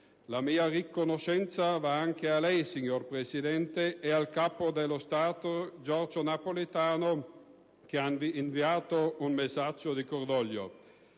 La mia riconoscenza va anche a lei, signor Presidente, e al Capo dello Stato Giorgio Napolitano, che ha inviato un messaggio di cordoglio.